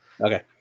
Okay